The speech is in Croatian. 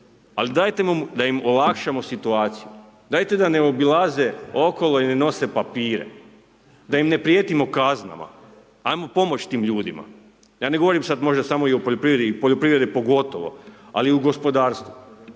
Ali dajte da im olakšamo situaciju, dajte da ne obilaze okolo i ne nose papire. Da im ne prijetimo kaznama, ajmo pomoći tim ljudima. Ja ne govorim sad možda samo i o poljoprivredi i o poljoprivredi pogotovo ali u gospodarstvu,